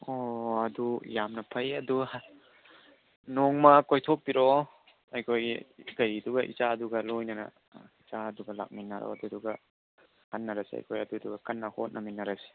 ꯑꯣ ꯑꯗꯨ ꯌꯥꯝꯅ ꯐꯩ ꯑꯗꯨ ꯍ ꯅꯣꯡꯃ ꯀꯣꯏꯊꯣꯛꯄꯤꯔꯛꯑꯣ ꯑꯩꯈꯣꯏꯒꯤ ꯀꯩꯗꯨꯒ ꯏꯆꯥꯗꯨꯒ ꯂꯣꯏꯅꯅ ꯏꯆꯥꯗꯨꯒ ꯂꯥꯛꯃꯤꯟꯅꯔꯣ ꯑꯗꯨꯗꯨꯒ ꯈꯟꯅꯔꯁꯦ ꯑꯩꯈꯣꯏ ꯑꯗꯨꯗꯨꯒ ꯀꯟꯅ ꯍꯣꯠꯅꯃꯤꯟꯅꯔꯁꯦ